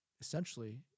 essentially